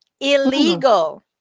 Illegal